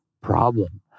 problem